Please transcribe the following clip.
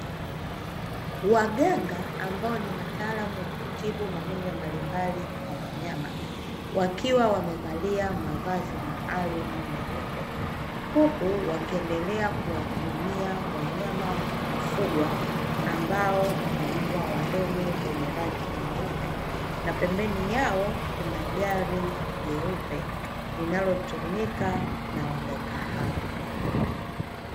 Waganga ambao ni wataalamu wa kutibu magonjwa mbalimbali kwa wayama. Wakiwa wamevalia mavazi maalumu meupe. Huku wakiendelea kuwahudumia wanyama wa kufugwa ambao ni mbwa wadogo wenye rangi nyeupe. Na pembeni yao kuna gari nyeupe linalotumika na waganga hao.